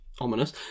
ominous